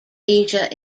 asia